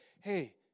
Hey